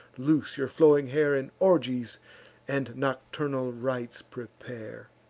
loose your flowing hair, and orgies and nocturnal rites prepare.